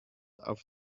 auf